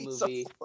movie